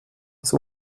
das